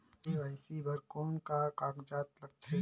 KYC बर कौन का कागजात लगथे?